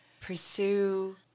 pursue